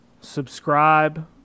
subscribe